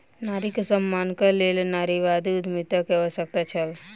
नारी के सम्मानक लेल नारीवादी उद्यमिता के आवश्यकता छल